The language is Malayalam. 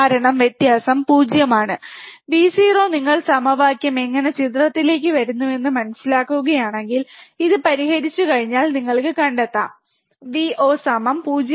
കാരണം വ്യത്യാസം 0 ആണ് Vo നിങ്ങൾ സമവാക്യം എങ്ങനെ ചിത്രത്തിലേക്ക് വരുന്നുവെന്ന് മനസിലാക്കുന്നുവെങ്കിൽ ഇത് പരിഹരിച്ചുകഴിഞ്ഞാൽ നിങ്ങൾക്ക് കണ്ടെത്താം Vo 0 V1R1R2